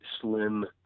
slim